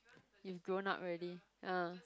you've grown up already ah